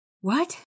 What